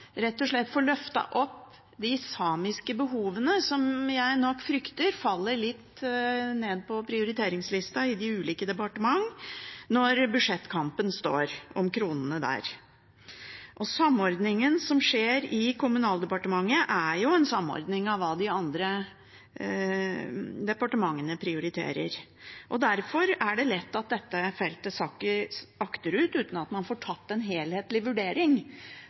rett og slett å få løftet opp de samiske behovene, som jeg nok frykter faller litt ned på prioriteringslista i de ulike departementene når budsjettkampen står om kronene der. Samordningen som skjer i Kommunaldepartementet, er jo en samordning av hva de andre departementene prioriterer. Derfor kan dette feltet lett sakke akterut uten at man får tatt en helhetlig vurdering